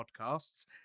podcasts